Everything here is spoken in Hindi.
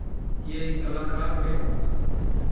ये कलाकार में